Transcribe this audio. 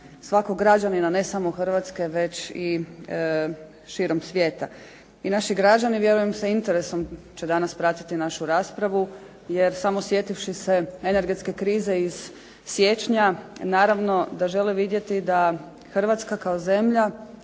svakog građanina, ne samo Hrvatske već i širom svijeta. I naši građani vjerujem sa interesom će danas pratiti našu raspravu, jer samo sjetivši se energetske krize iz siječnja naravno da žele vidjeti da Hrvatska kao zemlja